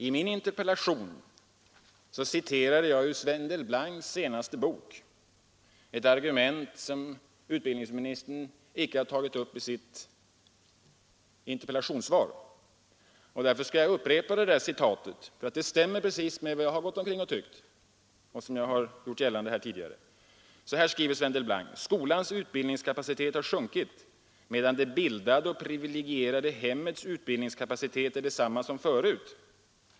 I min interpellation citerade jag ur Sven Delblancs senaste bok, ett argument som utbildningsministern icke har tagit upp i sitt interpellationssvar. Därför skall jag upprepa detta citat, för det stämmer precis med vad jag har gått omkring och tyckt och vad jag har gjort gällande här tidigare. Så här skriver Sven Delblanc: ”Skolans utbildningskapacitet har sjunkit medan det bildade och privilegierade hemmets utbildningskapacitet är densamma som förut.